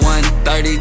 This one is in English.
1.30